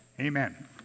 Amen